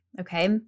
okay